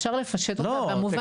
אפשר לפשט אותה במובן,